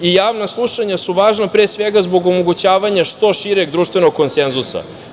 Javna slušanja su važna, pre svega, zbog omogućavanja što šireg društvenog konsenzusa.